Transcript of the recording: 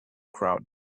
crowd